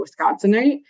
Wisconsinite